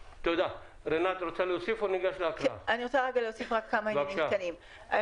אני רוצה להוסיף כמה דברים קטנים לפני שניגש להקראה.